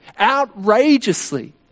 outrageously